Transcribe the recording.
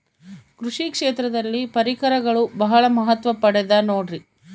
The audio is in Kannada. ಕೃಷಿ ಕ್ಷೇತ್ರದಲ್ಲಿ ಪರಿಕರಗಳು ಬಹಳ ಮಹತ್ವ ಪಡೆದ ನೋಡ್ರಿ?